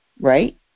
right